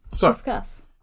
Discuss